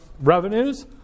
revenues